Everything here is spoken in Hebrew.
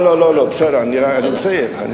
לא, בסדר, אני מסיים.